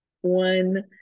one